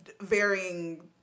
varying